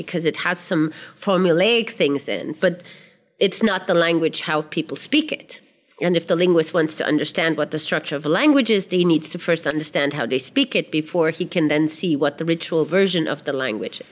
because it has some formulaic things in but it's not the language how people speak it and if the linguist wants to understand what the structure of a language is he needs to first understand how they speak it before he can then see what the ritual version of the language